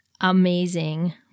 amazing